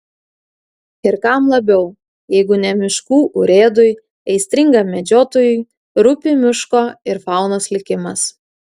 ir kam labiau jeigu ne miškų urėdui aistringam medžiotojui rūpi miško ir faunos likimas